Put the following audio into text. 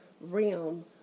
realm